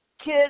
kids